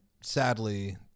sadly